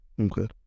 Okay